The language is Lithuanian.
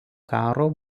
karo